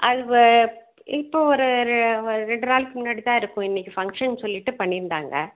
அது வெ இப்போ ஒரு ரெண்டு நாளுக்கு முன்னாடி தான் இருக்கும் இன்றைக்கி ஃபங்ஷன் சொல்லிட்டு பண்ணியிருந்தாங்க